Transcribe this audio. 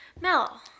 Mel